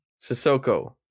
Sissoko